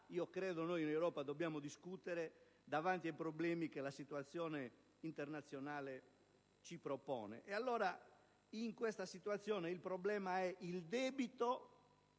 credo noi in Europa dobbiamo discutere davanti ai problemi che la situazione internazionale ci propone. In questa situazione il problema è il debito,